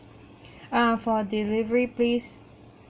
uh for delivery please